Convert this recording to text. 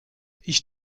ich